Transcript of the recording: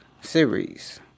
series